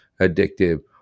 addictive